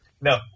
no